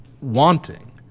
wanting